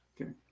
Okay